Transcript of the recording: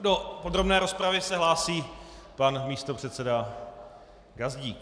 Do podrobné rozpravy se hlásí pan místopředseda Gazdík.